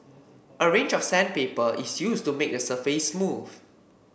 a range of sandpaper is used to make the surface smooth